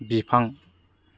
बिफां